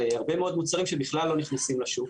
הרבה מאוד מוצרים שבכלל לא נכנסים לשוק.